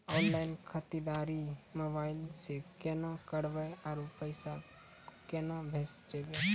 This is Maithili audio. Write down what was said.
ऑनलाइन खरीददारी मोबाइल से केना करबै, आरु पैसा केना भेजबै?